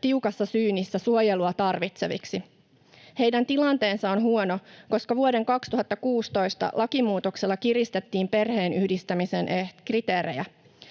tiukassa syynissä varmuudella todettu suojelua tarvitseviksi. Heidän tilanteensa on huono, koska vuoden 2016 lakimuutoksella kiristettiin perheenyhdistämisen kriteerejä.